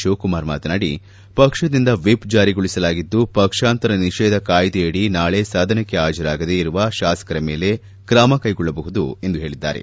ಶಿವಕುಮಾರ್ ಮಾತನಾಡಿ ಪಕ್ಷದಿಂದ ವಿಪ್ ಜಾರಿಗೊಳಿಸಲಾಗಿದ್ದು ಪಕ್ಷಾಂತರ ನಿಷೇಧ ಕಾಯ್ದೆಯಡಿ ನಾಳೆ ಸದನಕ್ಕೆ ಹಾಜರಾಗದೆ ಇರುವ ಶಾಸಕರ ಮೇಲೆ ತ್ರಮ ಕೈಗೊಳ್ಳಬಹುದು ಎಂದು ಹೇಳಿದ್ದಾರೆ